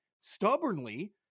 stubbornly